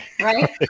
right